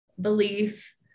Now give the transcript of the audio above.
belief